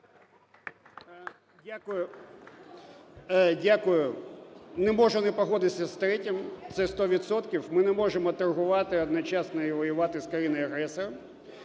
Дякую. Не можу не погодитися з третім, це сто відсотків. Ми не можемо торгувати одночасно і воювати з країною агресором.